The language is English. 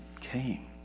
came